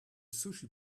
sushi